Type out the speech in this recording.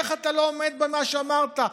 איך אתה לא עומד במה שאמרת,